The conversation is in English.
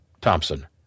Thompson